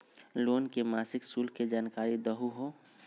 Loan के मासिक शुल्क के जानकारी दहु हो?